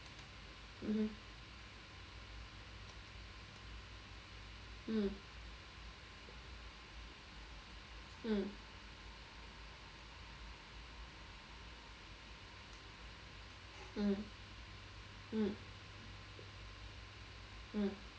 mmhmm mm mm mm mm mm